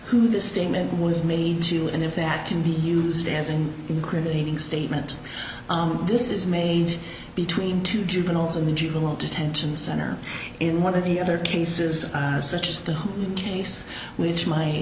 who the statement was made to and if that can be used as an incriminating statement this is made between two juveniles in the juvenile detention center in one of the other cases such as the one case which my